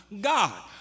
God